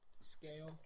scale